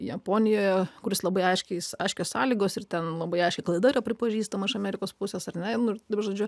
japonijoje kuris labai aiškiai aiškios sąlygos ir ten labai aiškiai klaida yra pripažįstama iš amerikos pusės ar ne nu vienu žodžiu